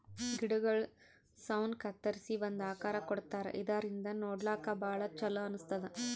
ಗಿಡಗೊಳ್ ಸೌನ್ ಕತ್ತರಿಸಿ ಒಂದ್ ಆಕಾರ್ ಕೊಡ್ತಾರಾ ಇದರಿಂದ ನೋಡ್ಲಾಕ್ಕ್ ಭಾಳ್ ಛಲೋ ಅನಸ್ತದ್